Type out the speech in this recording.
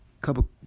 couple